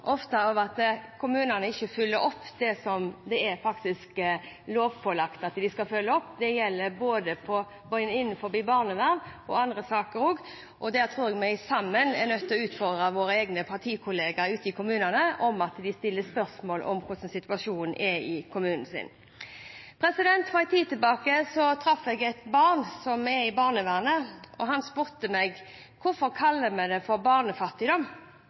andre saker også. Der tror jeg vi sammen er nødt til å utfordre våre egne partikolleger ute i kommunene til å stille spørsmål om hvordan situasjonen er i kommunen sin. For en tid tilbake traff jeg et barn som er i barnevernet. Han spurte meg: Hvorfor kaller man det for barnefattigdom?